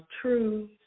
true